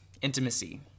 intimacy